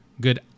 Good